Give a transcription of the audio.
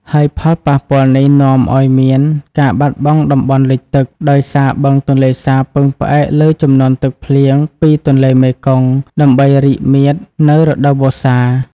ហើយផលប៉ះពាល់នេះនាំឲ្យមានការបាត់បង់តំបន់លិចទឹក ដោយសារបឹងទន្លេសាបពឹងផ្អែកលើជំនន់ទឹកភ្លៀងពីទន្លេមេគង្គដើម្បីរីកមាឌនៅរដូវវស្សា។